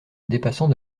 dépassant